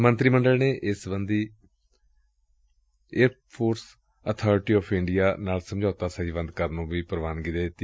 ਮੰਤਰੀ ਮੰਡਲ ਨੇ ਇਸ ਸਬੰਧੀ airports authority of India AAI ਨਾਲ ਸਮਝੌਤਾ ਸਹੀਬੰਦ ਕਰਨ ਨੁੰ ਵੀ ਪ੍ਵਾਨਗੀ ਦਿੱਤੀ